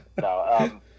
No